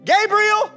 Gabriel